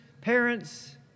parents